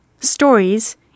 stories